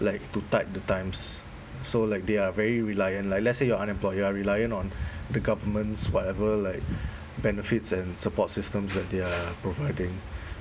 like to tide the times so like they are very reliant like let's say you are unemployed you are reliant on the government's whatever like benefits and support systems that they're providing